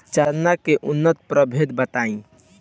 चना के उन्नत प्रभेद बताई?